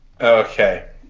Okay